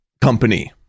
company